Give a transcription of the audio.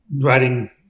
writing